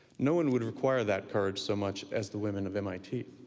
no one would require that courage so much as the women of mit.